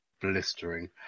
blistering